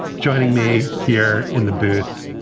joining me here in the booth,